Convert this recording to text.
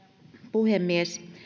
puhemies